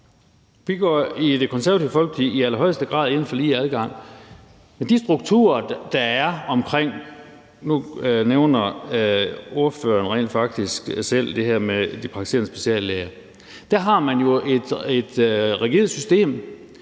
Vi går i Det Konservative Folkeparti i allerhøjeste grad ind for lige adgang. Nu nævner ordføreren rent faktisk selv det her med de praktiserende speciallæger. Der har man jo et rigidt system,